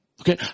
Okay